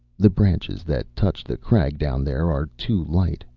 the branches that touch the crag down there are too light.